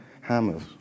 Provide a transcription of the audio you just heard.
hammers